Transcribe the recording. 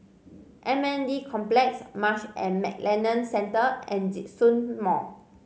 M N D Complex Marsh and McLennan Centre and Djitsun Mall